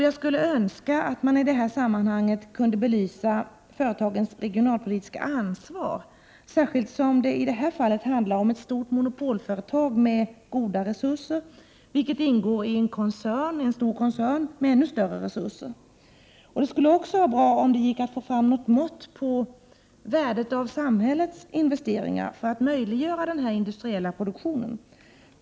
Jag skulle önska att man i det här sammanhanget kunde belysa företagens regionalpolitiska ansvar, särskilt som det i det här fallet handlar om ett stort monopolföretag med goda resurser, vilket ingår i en stor koncern med ännu bättre resurser. Det skulle också vara bra om det gick att få fram något mått på värdet av samhällets investeringar för att möjliggöra denna industriella produktion.